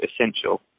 essential